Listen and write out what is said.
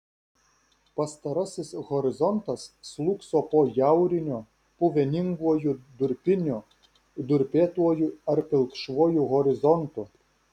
pastarasis horizontas slūgso po jauriniu puveninguoju durpiniu durpėtuoju ar pilkšvuoju horizontu